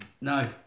No